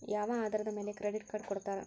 ಯಾವ ಆಧಾರದ ಮ್ಯಾಲೆ ಕ್ರೆಡಿಟ್ ಕಾರ್ಡ್ ಕೊಡ್ತಾರ?